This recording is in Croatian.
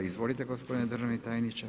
Izvolite, gospodine državni tajniče.